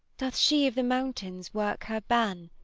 doth she of the mountains work her ban,